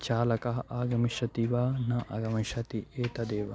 चालकः आगमिष्यति वा न आगमिष्यति एतदेव